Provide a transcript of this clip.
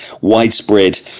widespread